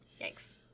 Yikes